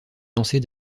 lancer